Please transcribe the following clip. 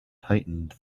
tightened